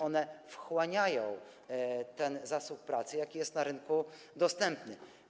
One wchłaniają ten zasób pracy, jaki jest na rynku dostępny.